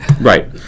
right